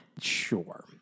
Sure